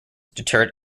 deterred